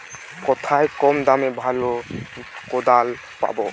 কোথায় কম দামে ভালো কোদাল পাব?